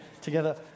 together